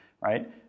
right